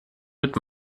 mit